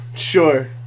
Sure